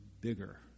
bigger